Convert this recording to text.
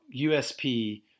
USP